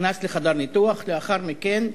נכנס לחדר ניתוח לאחר מכן,